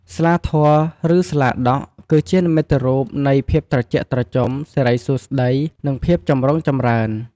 ស្លាធម៌ ឬ ស្លាដក់ គឺជានិមិត្តរូបនៃភាពត្រជាក់ត្រជុំ សិរីសួស្តី និងភាពចម្រុងចម្រើន។